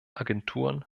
agenturen